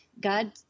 God